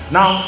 Now